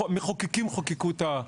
מחוקקים חוקקו את...